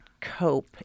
cope